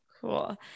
cool